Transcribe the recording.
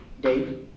Dave